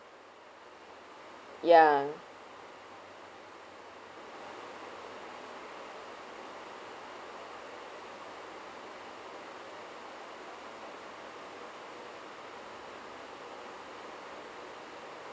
ya